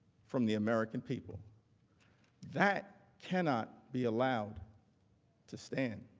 from the american people that cannot be allowed to stand.